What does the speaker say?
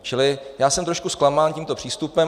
Čili jsem trošku zklamán tímto přístupem.